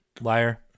Liar